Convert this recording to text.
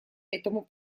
этому